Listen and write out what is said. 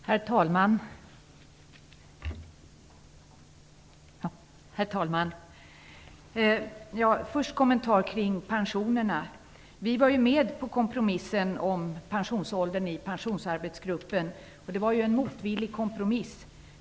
Herr talman! Jag har först en kommentar kring pensionerna. Vi var ju med på kompromissen i Pensionsarbetsgruppen om pensionsåldern. Det var en motvillig kompromiss.